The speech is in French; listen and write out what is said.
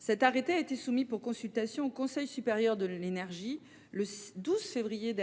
modification a été soumis pour consultation au Conseil supérieur de l’énergie le 12 février.